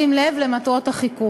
בשים לב למטרות החיקוק.